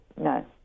no